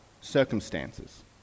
circumstances